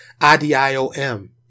i-d-i-o-m